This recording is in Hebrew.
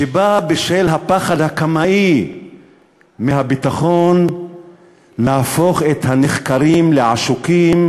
שבה בשל הפחד הקמאי מהביטחון נהפוך את הנחקרים לעשוקים